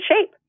shape